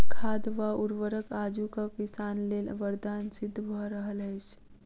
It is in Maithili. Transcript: खाद वा उर्वरक आजुक किसान लेल वरदान सिद्ध भ रहल अछि